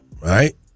right